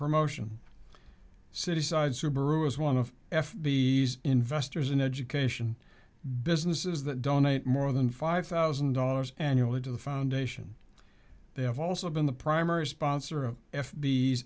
promotion city side subaru is one of f b s investors in education businesses that donate more than five thousand dollars annually to the foundation they have also been the primary sponsor